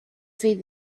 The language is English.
feed